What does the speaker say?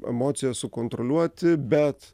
emocijas sukontroliuoti bet